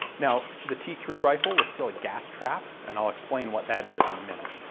now the t three rifle was still a gas trap and i'll explain what that is in a minute.